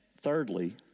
thirdly